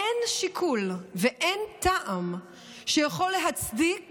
אין שיקול ואין טעם שיכול להצדיק